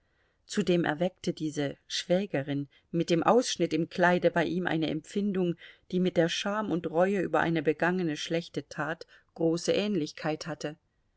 zudem erweckte diese schwägerin mit dem ausschnitt im kleide bei ihm eine empfindung die mit der scham und reue über eine begangene schlechte tat große ähnlichkeit hatte